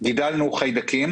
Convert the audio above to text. גידלנו חיידקים